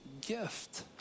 gift